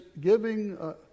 giving